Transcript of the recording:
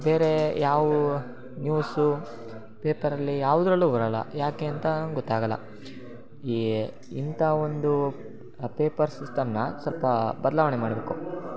ಬೇರೆ ಯಾವ ನ್ಯೂಸು ಪೇಪರಲ್ಲಿ ಯಾವುದ್ರಲ್ಲೂ ಬರಲ್ಲ ಯಾಕೇಂತ ಗೊತ್ತಾಗಲ್ಲ ಈ ಇಂಥ ಒಂದು ಪೇಪರ್ ಸಿಸ್ಟಮ್ಮನ್ನ ಸ್ವಲ್ಪ ಬದಲಾವಣೆ ಮಾಡಬೇಕು